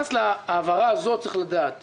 הרשאות לחיוב זה לאשר להם מראש התחייבויות שלא הגענו